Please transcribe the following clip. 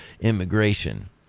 immigration